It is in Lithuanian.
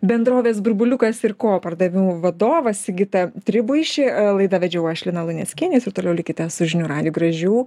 bendrovės burbuliukas ir ko pardavimų vadovą sigitą tribuišį laidą vedžiau aš lina luneckienė jūs ir toliau likite su žinių radiju gražių